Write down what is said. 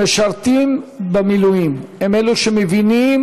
המשרתים במילואים הם אלו שמבינים